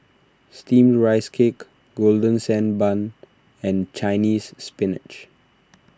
Steamed Rice Cake Golden Sand Bun and Chinese Spinach